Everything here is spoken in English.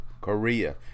Korea